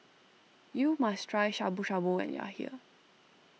you must try Shabu Shabu when you are here